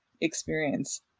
experience